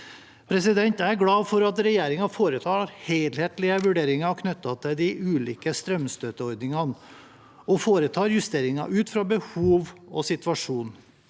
Jeg er glad for at regjeringen foretar helhetlige vurderinger knyttet til de ulike strømstøtteordningene, og foretar justeringer ut fra behov og situasjon.